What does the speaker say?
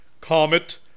Comet